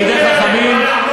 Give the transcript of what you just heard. מה שהיה.